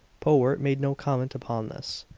powart made no comment upon this,